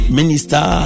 Minister